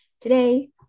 today